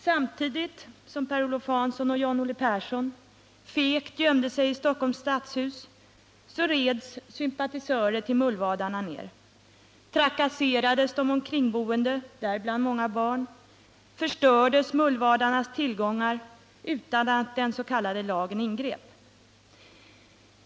Samtidigt som Per-Olof Hanson och John-Olle Persson fegt gömde sig i Stockholms stadshus reds sympatisörer till ”mullvadarna” ner, trakasserades de omkringboende — däribland många barn — och förstördes mullvadarnas tillgångar utan att den s.k. lagen ingrep.